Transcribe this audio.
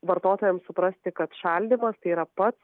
vartotojams suprasti kad šaldymas tai yra pats